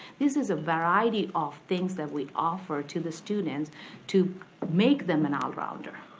this is a variety of things that we offer to the students to make them an all-rounder,